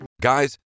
Guys